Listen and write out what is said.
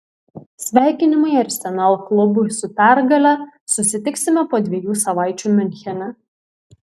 sveikinimai arsenal klubui su pergale susitiksime po dviejų savaičių miunchene